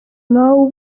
nawe